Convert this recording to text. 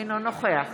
אינו נוכח